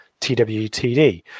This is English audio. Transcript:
TWTD